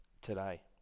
today